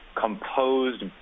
composed